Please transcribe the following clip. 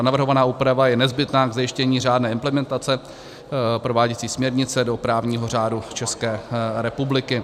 Navrhovaná úprava je nezbytná k zajištění řádné implementace prováděcí směrnice do právního řádu České republiky.